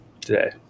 today